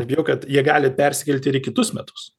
bijau kad jie gali persikelti ir į kitus metus